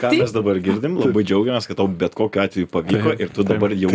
ką mes dabar girdim labai džiaugiamės kad tau bet kokiu atveju pavyko ir tu dabar jau